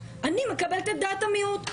אני מקבלת את דעת המיעוט.